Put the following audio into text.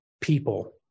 people